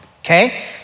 okay